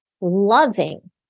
loving